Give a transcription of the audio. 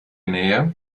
nähe